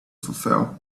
fulfill